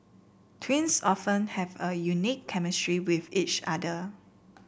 twins often have a unique chemistry with each other